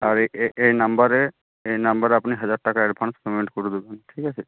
আর এই এই নম্বরে এই নম্বরে আপনি হাজার টাকা অ্যাডভান্স পেমেন্ট করে দেবেন ঠিক আছে